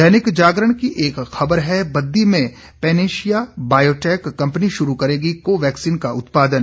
दैनिक जागरण की एक खबर है बद्दी में पैनेशिया बायोटेक कंपनी शुरू करेगी कोवैक्सीन का उत्पादन